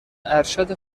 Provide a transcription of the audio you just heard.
ارشد